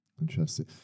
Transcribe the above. Interesting